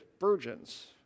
virgins